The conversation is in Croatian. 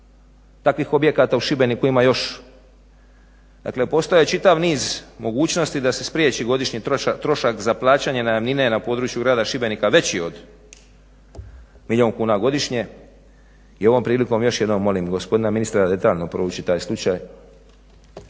Takvih objekta u Šibeniku ima još dakle postoje čitav niz mogućnosti da se spriječi godišnji trošak za plaćanje najamnine na području grada Šibenika veći od milijun kuna godišnje. I ovom priliko molim još jednom gospodina ministra da detaljno prouči taj slučaj